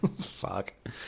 Fuck